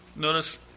Notice